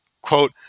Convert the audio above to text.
quote